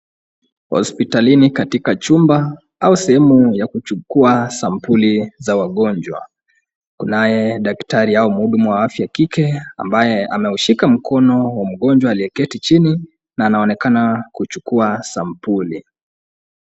Hospitalini katika chumba au sehemu ya kuchukua sampuli za wagonjwa. Kunaye daktari au mhudumu wa afya wa kike ambaye ameushika mkono wa mgonjwa aliyeketi chini na anaonekana kuchukua sampuli.